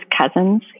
cousins